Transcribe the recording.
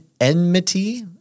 enmity